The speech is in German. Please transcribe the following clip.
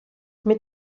mit